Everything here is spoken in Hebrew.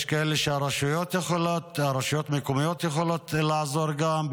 יש כאלה שגם הרשויות המקומיות יכולות לעזור להם,